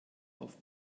auf